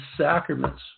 sacraments